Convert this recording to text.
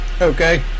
okay